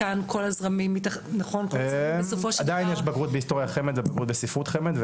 כאן כל הזרמים עדיין יש בגרות בהיסטוריה חמד ובגרות בספרות חמד.